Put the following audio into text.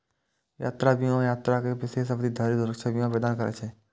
यात्रा बीमा यात्राक एक विशेष अवधि धरि सुरक्षा बीमा प्रदान करै छै